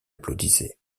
applaudissait